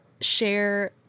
share